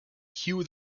hugh